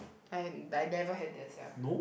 I I never had that sia